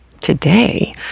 today